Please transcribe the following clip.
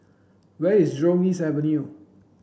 where is Jurong East Avenue